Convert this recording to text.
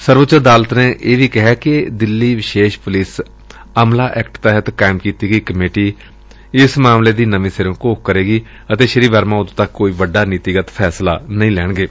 ਸਰਵਉੱਚ ਅਦਾਲਤ ਨੇ ਇਹ ਵੀ ਕਿਹੈ ਕਿ ਦਿੱਲੀ ਵਿਸ਼ੇਸ਼ ਪੁਲਿਸ ਅਮਲਾ ਐਕਟ ਤਹਿਤ ਕਾਇਮ ਕੀਤੀ ਗਈ ਕਮੇਟੀ ਇਸ ਮਾਮਲੇ ਦੀ ਨਵੇਂ ਸਿਰਿਓ ਘੋਖ ਕਰੇਗੀ ਅਤੇ ਸ੍ਰੀ ਵਰਮਾ ਉਦੋਂ ਤੱਕ ਕੋਈ ਵੱਡਾ ਨੀਤੀਗਤ ਫੈਸਲਾ ਨਹੀਂ ਲੈਣਗੇ